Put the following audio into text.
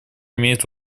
имеет